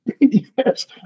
Yes